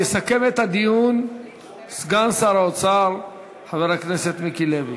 יסכם את הדיון סגן שר האוצר חבר הכנסת מיקי לוי.